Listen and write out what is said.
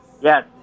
Yes